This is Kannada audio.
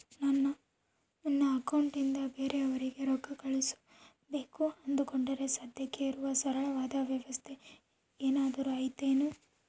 ನಾನು ನನ್ನ ಅಕೌಂಟನಿಂದ ಬೇರೆಯವರಿಗೆ ರೊಕ್ಕ ಕಳುಸಬೇಕು ಅಂದುಕೊಂಡರೆ ಸದ್ಯಕ್ಕೆ ಇರುವ ಸರಳವಾದ ವ್ಯವಸ್ಥೆ ಏನಾದರೂ ಐತೇನು?